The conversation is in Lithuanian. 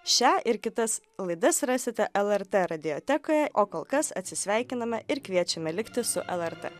šią ir kitas laidas rasite lrt radiotekoje o kol kas atsisveikiname ir kviečiame likti su lrt